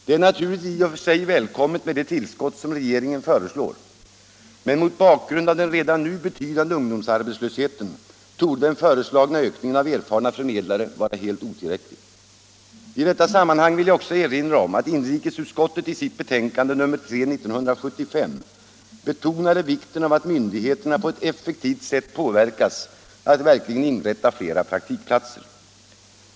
Det är naturligtvis i och för sig välkommet med det tillskott som regeringen föreslår, men mot bak grund av den redan nu betydande ungdomsarbetslösheten torde den föreslagna ökningen av erfarna förmedlare vara helt otillräcklig. I detta sammanhang vill jag också erinra om att inrikesutskottet i sitt betänkande nr 1975:3 betonade vikten av att myndigheterna på ett effektivt sätt påverkas att verkligen inrätta flera praktikplatser.